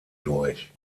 durch